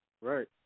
Right